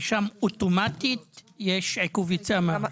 ושם אוטומטית יש עיכוב יציאה מהארץ.